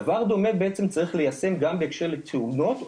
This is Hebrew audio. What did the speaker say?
דבר דומה בעצם צריך ליישם גם בהקשר לתאונות,